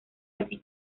así